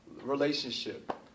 relationship